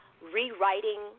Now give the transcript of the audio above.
rewriting